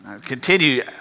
continue